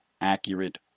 accurate